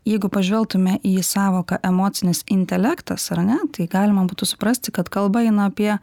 jeigu pažvelgtume į sąvoką emocinis intelektas ar ne tai galima būtų suprasti kad kalba eina apie